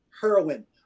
heroin